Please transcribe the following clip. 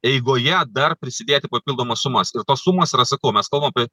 eigoje dar prisidėti papildomas sumas ir tos sumos yra sakau mes kalbam apie